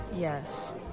Yes